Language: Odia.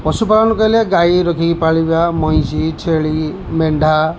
ପଶୁପାଳନ କହିଲେ ଗାଈ ରଖିକି ପାଳିବା ମଇଁଷି ଛେଳି ମେଣ୍ଢା